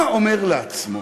מה אומר לעצמו